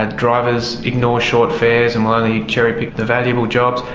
ah drivers ignore short fares and will only cherry-pick the valuable jobs.